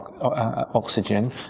oxygen